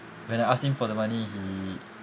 when I ask him for the money he